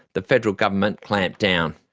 the federal government clamped down.